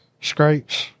scrapes